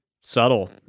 subtle